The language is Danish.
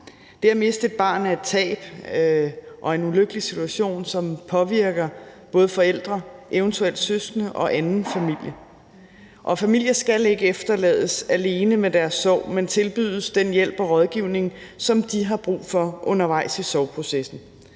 Det at miste et barn er et tab og en ulykkelig situation, som påvirker både forældre, eventuelle søskende og anden familie, og familier skal ikke efterlades alene med deres sorg, men tilbydes den hjælp og rådgivning, som de har brug for undervejs i sorgprocessen.